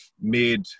made